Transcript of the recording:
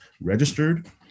registered